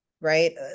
right